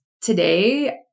today